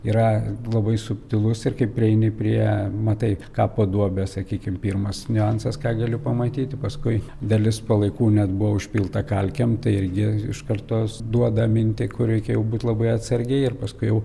yra labai subtilus ir kai prieini prie matai kapo duobę sakykim pirmas niuansas ką galiu pamatyti paskui dalis palaikų net buvo užpilta kalkėm tai irgi iš karto duoda mintį kur reikėjo būti labai atsargiai ir paskui jau